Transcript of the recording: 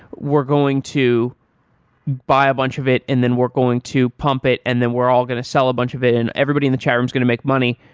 we're going to buy a bunch of it and then we're going to pump it and then we're all going to sell a bunch of it and everybody in the chatroom is going to make money.